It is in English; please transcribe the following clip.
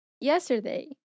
yesterday